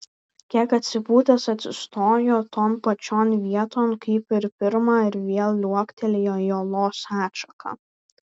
kiek atsipūtęs atsistojo ton pačion vieton kaip ir pirma ir vėl liuoktelėjo į olos atšaką